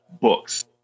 books